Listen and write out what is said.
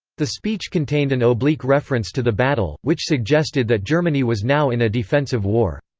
the speech contained an oblique reference to the battle, which suggested that germany was now in a defensive war.